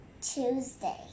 Tuesday